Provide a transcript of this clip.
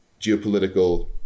geopolitical